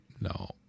no